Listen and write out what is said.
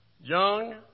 Young